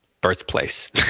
birthplace